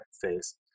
phase